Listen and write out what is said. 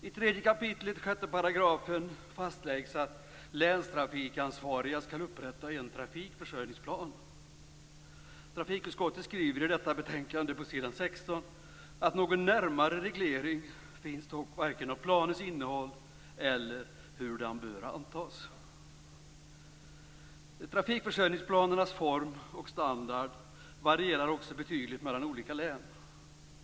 I 3 kap. 6 § fastläggs att länstrafikansvariga skall upprätta en trafikförsörjningsplan. Trafikutskottet skriver i detta betänkande på s. 16 följande: "Någon närmare reglering finns dock varken av planens innehåll eller av hur den bör antas. Trafikförsörjningsplanernas form och standard varierar också betydligt mellan olika län.